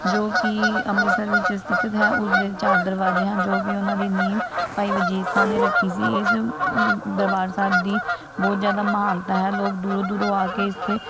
ਜੋ ਕਿ ਅੰਮ੍ਰਿਤਸਰ ਵਿੱਚ ਸਥਿਤ ਹੈ ਉਸਦੇ ਚਾਰ ਦਰਵਾਜ਼ੇ ਹਨ ਜੋ ਕਿ ਉਹਨਾਂ ਦੀ ਨੀਂਹ ਭਾਈ ਵਜ਼ੀਰ ਖਾਂ ਨੇ ਰੱਖੀ ਸੀ ਇਸ ਦਰਬਾਰ ਸਾਹਿਬ ਦੀ ਬਹੁਤ ਜ਼ਿਆਦਾ ਮਹਾਨਤਾ ਹੈ ਲੋਕ ਦੂਰੋਂ ਦੂਰੋਂ ਆ ਕੇ ਇੱਥੇ